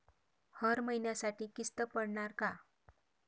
हर महिन्यासाठी किस्त पडनार का?